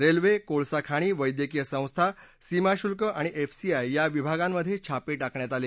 railway कोळसा खाणी वैद्यकीय संस्था सीमा शुल्क आणि एफसीआय या विभागांमध्ये छापे टाकण्यात आले